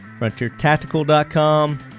Frontiertactical.com